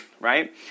right